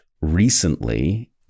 recently